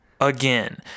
again